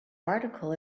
article